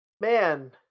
man